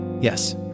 Yes